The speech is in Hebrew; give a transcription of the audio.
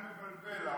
אתה מבלבל.